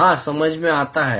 हाँ समझ में आता है